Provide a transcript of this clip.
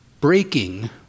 breaking